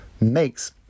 makes